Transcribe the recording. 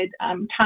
time